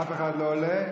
אף אחד לא עולה,